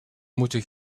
moeten